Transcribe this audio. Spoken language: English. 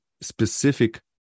specific